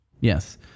Yes